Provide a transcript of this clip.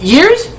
Years